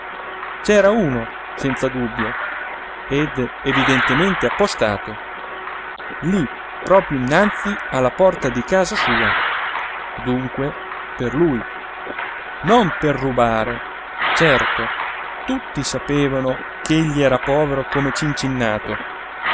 c'era uno senza dubbio ed evidentemente appostato lí proprio innanzi alla porta di casa sua dunque per lui non per rubare certo tutti sapevano ch'egli era povero come cincinnato